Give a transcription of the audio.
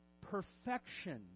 perfection